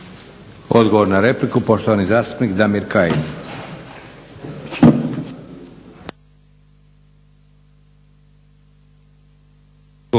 Odgovor na repliku poštovani zastupnik Damir Kajin.